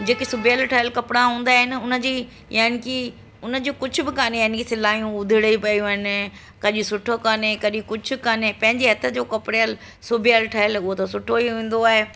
जेकी सिबियलु ठहियलु कपिड़ा हूंदा आहिनि हुन जी यानि की हुन जूं कुछ बि कोन्हे हिन कि सिलाईयूं उधड़ी पयूं आहिनि कॾहिं सुठो कोन्हे कॾहिं कुझु कोन्हे पंहिंजे हथ जो कपड़यल सिबियलु ठहियलु हुओ त सुठो ई हूंदो आहे